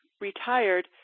retired